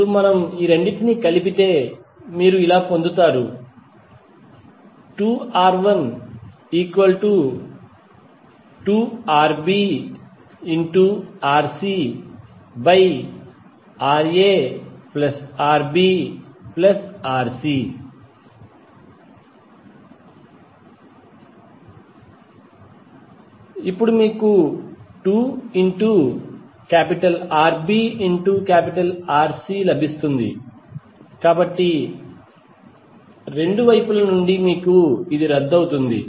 ఇప్పుడు మీరు రెండింటినీ కలిపితే మీరు పొందుతారు 2R12RbRcRaRbRc మీకు 2RbRc లభిస్తుంది కాబట్టి 2 రెండు వైపుల నుండి రద్దు అవుతుంది